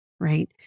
right